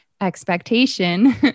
Expectation